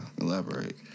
Elaborate